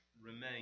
remain